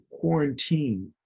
quarantine